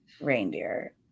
reindeer